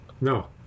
No